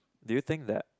do you think that